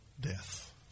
death